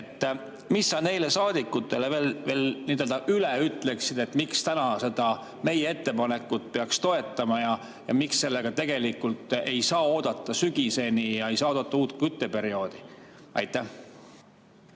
mis sa neile saadikutele ütleksid, miks täna seda meie ettepanekut peaks toetama ja miks sellega ei saa oodata sügiseni ega oodata uut kütteperioodi? Aitäh,